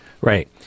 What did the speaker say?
right